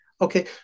Okay